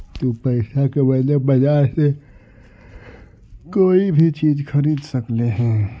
तु पईसा के बदले बजार से कोई भी चीज खरीद सकले हें